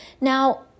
Now